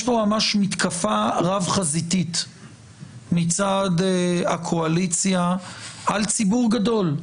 יש פה ממש מתקפה רב חזיתית מצד הקואליציה על ציבור גדול,